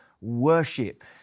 worship